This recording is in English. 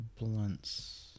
Blunt's